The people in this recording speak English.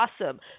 awesome